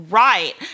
right